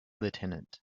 lieutenant